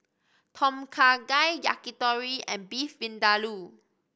Tom Kha Gai Yakitori and Beef Vindaloo